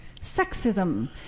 sexism